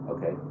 Okay